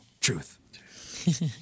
Truth